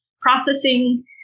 processing